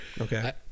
okay